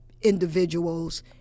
individuals